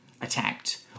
attacked